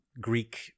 Greek